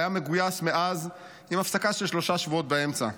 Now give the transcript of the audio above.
והיה מגויס מאז עם הפסקה של שלושה שבועות באמצע.